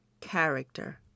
character